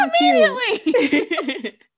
immediately